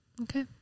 Okay